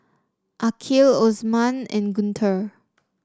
Aqil Osman and Guntur